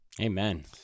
Amen